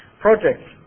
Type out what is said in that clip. Projects